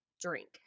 drink